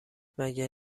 مگه